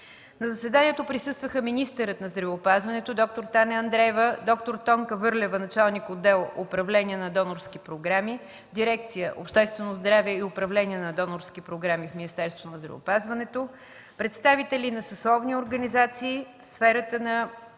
На заседанието присъстваха министърът на здравеопазването д-р Таня Андреева, д-р Тонка Върлева – началник отдел „Управление на донорски програми”, дирекция „Обществено здраве и управление на донорски програми” в Министерството на здравеопазването, представители на съсловните организации в сферата на